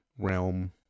realm